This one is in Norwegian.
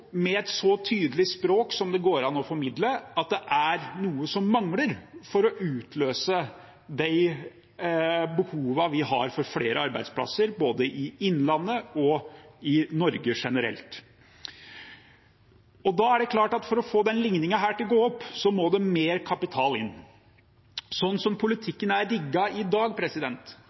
med et så tydelig språk som det går an å formidle, at det er noe som mangler for å utløse de behovene vi har for flere arbeidsplasser både i Innlandet og i Norge generelt. Da er det klart at for å få denne ligningen til å gå opp, må det mer kapital inn. Slik som politikken er rigget i dag,